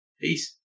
Peace